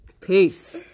Peace